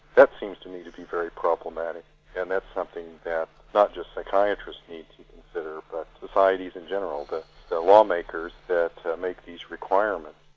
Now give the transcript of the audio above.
that seems to me to be very problematic and that's something that not just psychiatrists need to consider but societiesa in general, and the lawmakers that that make these requirements.